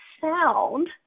sound